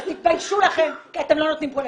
אז תתביישו לכם, כי אתם לא נותנים פה לדבר.